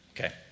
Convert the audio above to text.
Okay